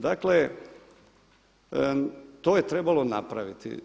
Dakle, to je trebalo napraviti.